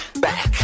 back